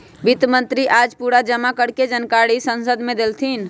वित्त मंत्री आज पूरा जमा कर के जानकारी संसद मे देलथिन